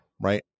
right